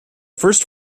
first